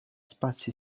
spazi